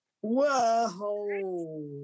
Whoa